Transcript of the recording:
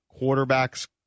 quarterbacks